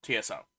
TSO